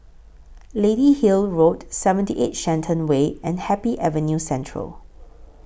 Lady Hill Road seventy eight Shenton Way and Happy Avenue Central